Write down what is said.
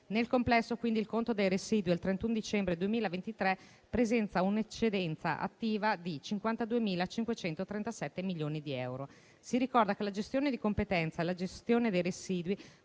Nel complesso, quindi, il conto dei residui al 31 dicembre 2023 presenta una eccedenza attiva di 52.537 milioni di euro. Si ricorda che la gestione di competenza e la gestione dei residui